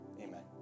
amen